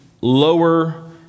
lower